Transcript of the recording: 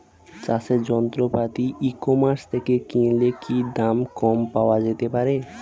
চাষের যন্ত্রপাতি e commerce থেকে কিনলে কি দাম কম পাওয়া যেতে পারে?